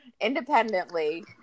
independently